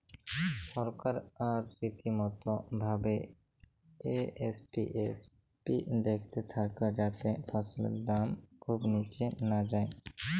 সরকার রীতিমতো ভাবে এম.এস.পি দ্যাখতে থাক্যে যাতে ফসলের দাম খুব নিচে না যায়